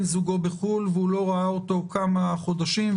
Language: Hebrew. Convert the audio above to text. זוגו בחו"ל והוא לא ראה אותו כמה חודשים,